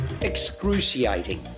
Excruciating